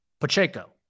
Pacheco